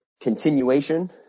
continuation